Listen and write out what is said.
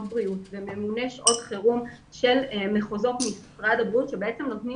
בריאות וממונה שעות חירום של מחוזות משרד הבריאות והם נותנים